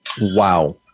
Wow